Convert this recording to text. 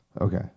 okay